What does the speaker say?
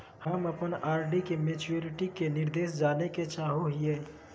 हम अप्पन आर.डी के मैचुरीटी के निर्देश जाने के चाहो हिअइ